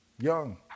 Young